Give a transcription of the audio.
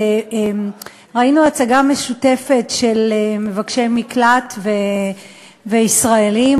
וראינו הצגה משותפת של מבקשי מקלט וישראלים